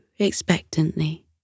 Expectantly